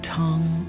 tongue